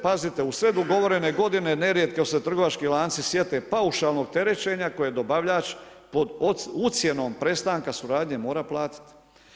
Pazite u sred ugovorene godine nerijetko se trgovački lanci sjete paušalno terećenja koje dobavljač pod ucjenom prestanka suradnje mora platiti.